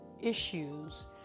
issues